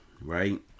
Right